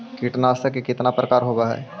कीटनाशक के कितना प्रकार होव हइ?